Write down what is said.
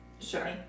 Sure